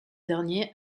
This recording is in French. dernier